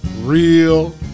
real